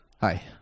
Hi